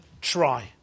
try